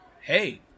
hey